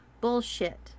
Bullshit